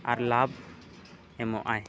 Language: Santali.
ᱟᱨ ᱞᱟᱵᱷ ᱮᱢᱚᱜᱼᱟᱭ